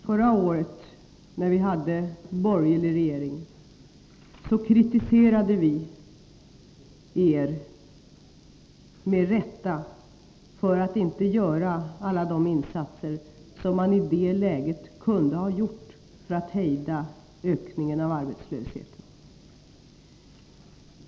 Förra året när vi hade en borgerlig regering kritiserade vi er med rätta för att inte göra alla de insatser som i det läget kunde ha gjorts för att hejda ökningen av arbetslösheten.